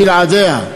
בלעדיה,